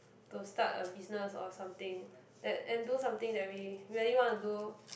to start a business or something that and do something that we really want to do